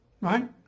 right